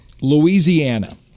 Louisiana